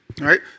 Right